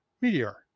meteor